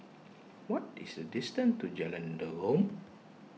what is the distance to Jalan Derum